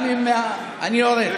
אני יורד.